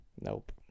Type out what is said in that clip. Nope